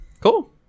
Cool